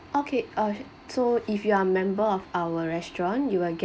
okay oh so if you are a member of our restaurant you will